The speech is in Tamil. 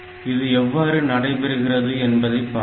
இது எவ்வாறு நடைபெறுகிறது என்பதை பார்ப்போம்